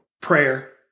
prayer